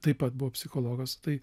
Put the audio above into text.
taip pat buvo psichologas tai